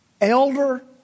Elder